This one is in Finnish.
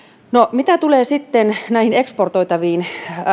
mitä tulee sitten näihin eksportoitaviin